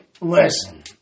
listen